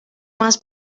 más